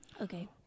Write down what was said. Okay